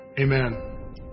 Amen